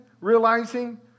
realizing